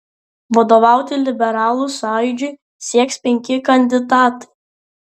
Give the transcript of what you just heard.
vadovauti liberalų sąjūdžiui sieks penki kandidatai